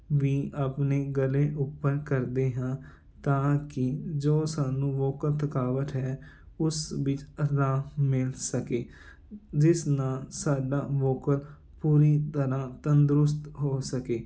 ਵੀ ਆਪਣੇ ਗਲੇ ਉੱਪਰ ਕਰਦੇ ਹਾਂ ਤਾਂ ਕਿ ਜੋ ਸਾਨੂੰ ਵੋਕਲ ਥਕਾਵਟ ਹੈ ਉਸ ਵਿੱਚ ਆਰਾਮ ਮਿਲ ਸਕੇ ਜਿਸ ਨਾਲ ਸਾਡਾ ਵੋਕਲ ਪੂਰੀ ਤਰਾਂ ਤੰਦਰੁਸਤ ਹੋ ਸਕੇ